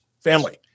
family